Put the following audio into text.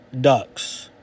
Ducks